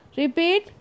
repeat